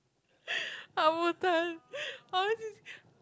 rambutan I always just